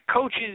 coaches